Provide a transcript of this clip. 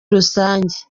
rusange